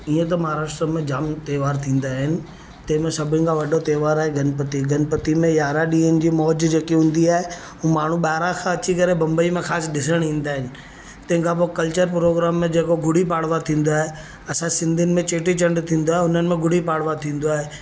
ईंअं त महाराष्ट्र में जाम त्योहार थींदा आहिनि तंहिंमें सभिनि खां वॾो त्योहार आहे गनपति गनपति में यारहं ॾींअनि जी मौज जेके हूंदी आहे हू माण्हू ॿाहिरा खां अची करे बम्बई में ख़ासि ॾिसणु ईंदा आहिनि तंहिंखां पोइ कल्चर प्रोग्राम जेको गुड़ी पाड़वा थींदो आहे असां सिंधियुनि में चेटी चंड थींदो आहे हुननि में गुड़ी पाड़वा थींदो आहे